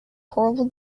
horrible